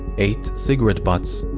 eight cigarette butts.